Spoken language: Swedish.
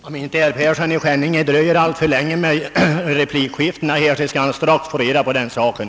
Herr talman! Om inte herr Persson i Skänninge drar ut på tiden med replikskiften skall han strax få reda på den saken.